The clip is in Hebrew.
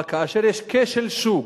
אבל כאשר יש כשל שוק,